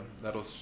that'll